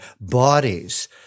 bodies